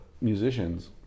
musicians